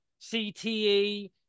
CTE